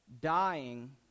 Dying